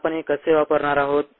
तर आपण हे कसे वापरणार आहोत